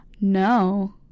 No